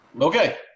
Okay